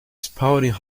spouting